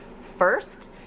first